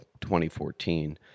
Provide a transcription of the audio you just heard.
2014